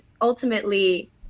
ultimately